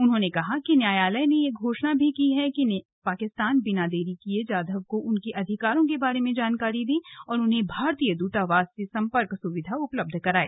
उन्होंने कहा कि न्यायालय ने यह घोषणा भी की है कि पाकिस्तान बिना देरी किए जाधव को उनके अधिकारों के बारे में जानकारी दे और उन्हें भारतीय दूतावास से सम्पर्क सुविधा उपलब्ध कराए